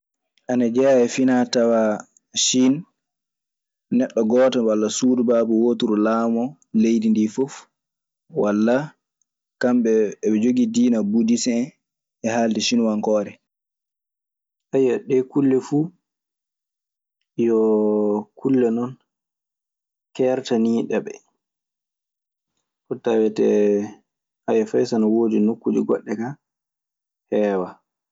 Anajea e fina tawa cine neɗo goto wala sudu baba woturu lamoo leyndiidi fuf, wala kamɓe e ɓe jogi dina budis hen e halde cinuwakore. Ɗee kulle fu yo kulle non keertaiiɗe ɓe. Ko tawetee fay so ne woodi nokkuuje goɗɗe kaa, heewaa.